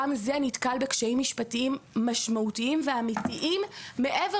גם זזה נתקל בקשיים משפטיים משמעותיים ואמיתיים מעבר